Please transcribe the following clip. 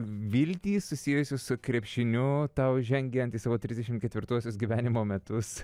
viltys susijusios su krepšiniu tau žengiant į savo trisdešimt ketvirtuosius gyvenimo metus